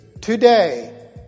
today